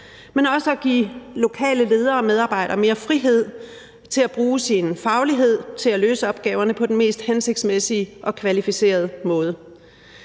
men også at give lokale ledere og medarbejdere mere frihed til at bruge deres faglighed til at løse opgaverne på den mest hensigtsmæssige og kvalificerede måde.